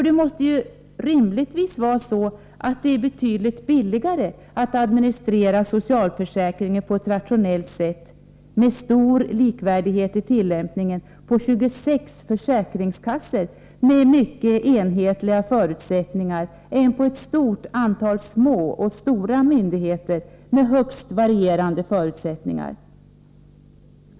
Det måste rimligtvis vara så, att det är betydligt billigare att administrera socialförsäkringen på ett rationellt sätt och med stor likvärdighet i tillämpningen på 26 försäkringskassor med mycket enhetliga förutsättningar än på ett stort antal små och stora myndigheter med högst varierande förutsättningar.